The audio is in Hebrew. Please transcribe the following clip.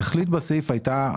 התכלית בסעיף הייתה,